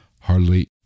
hardly